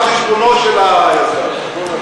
על חשבונו של היזם.